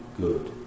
good